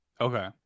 okay